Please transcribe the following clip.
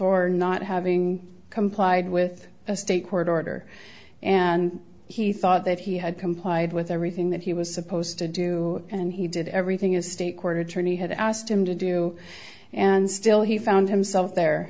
for not having complied with a state court order and he thought that he had complied with everything that he was supposed to do and he did everything a state court attorney had asked him to do and still he found himself there